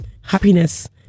happiness